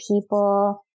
people